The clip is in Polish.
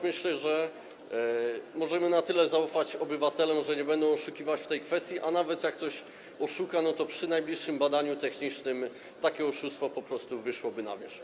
Myślę, że możemy na tyle zaufać obywatelom, że nie będą oszukiwać w tej kwestii, a nawet jak ktoś oszuka, to podczas najbliższego badania technicznego takie oszustwo po prostu wyjdzie na wierzch.